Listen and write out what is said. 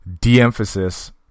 De-emphasis